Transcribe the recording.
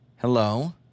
Hello